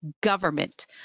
government